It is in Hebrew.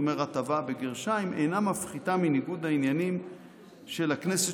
אינה מפחיתה מניגוד העניינים של הכנסת